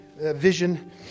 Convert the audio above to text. vision